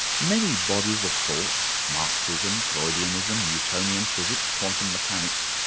many bodies of thought, marxism, freudianism, newtonian physics, quantum mechanics,